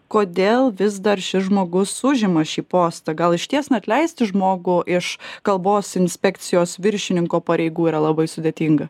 kodėl vis dar šis žmogus užima šį postą gal išties na atleisti žmogų iš kalbos inspekcijos viršininko pareigų yra labai sudėtinga